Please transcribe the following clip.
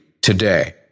today